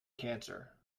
cancer